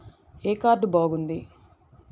ఏ card బాగుంది?